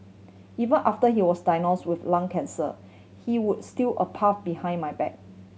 even after he was diagnose with lung cancer he would steal a puff behind my back